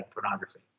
pornography